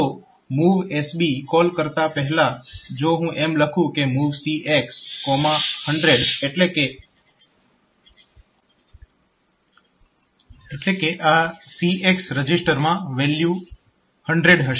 તો MOVSB call કરતા પહેલા જો હું એમ લખું કે MOV CX100 એટલે કે આ CX રજીસ્ટરમાં વેલ્યુ 100 હશે